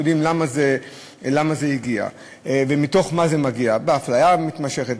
שאנחנו יודעים למה זה הגיע ומתוך מה זה מגיע: מהאפליה המתמשכת,